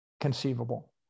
conceivable